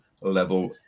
level